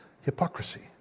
Hypocrisy